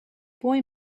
boy